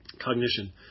Cognition